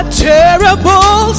terrible